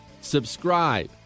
Subscribe